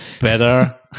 better